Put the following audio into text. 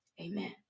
Amen